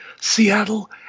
Seattle